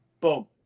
Boom